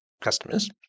customers